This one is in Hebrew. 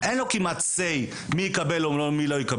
אין לו כמעט יכולת התערבות במי יקבל ומי לא,